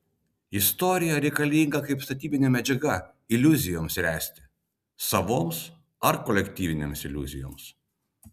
istorija reikalinga kaip statybinė medžiaga iliuzijoms ręsti savoms ar kolektyvinėms iliuzijoms